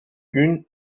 une